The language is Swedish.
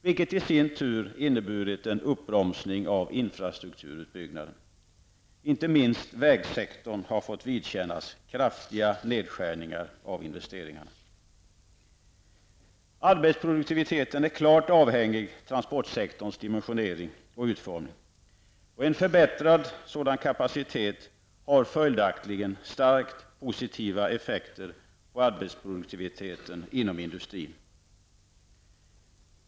Det har i sin tur inneburit en uppbromsning av infrastrukturuppbyggnaden. Inte minst vägsektorn har fått vidkännas kraftiga nedskärningar av investeringarna. Arbetsproduktiviteten är klart avhängig av transportsektorns dimensionering och utformning. En förbättrad sådan kapacitet har följaktligen starkt positiva effekter på arbetsproduktiviteten inom industrin.